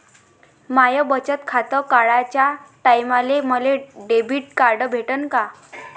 माय बचत खातं काढाच्या टायमाले मले डेबिट कार्ड भेटन का?